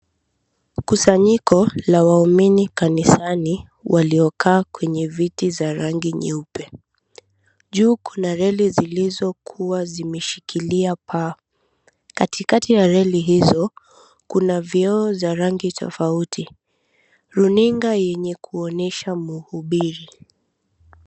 Kusanyiko la waumini kanisani, waliokaa kwenye viti za rangi nyeupe. Juu Kuna reli zilizokuwa zimeshikilia paa. Katikati ya reli hizo, Kuna vioo za rangi tofauti. Runinga yenye kuonyesha muhubiri.